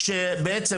כשבעצם,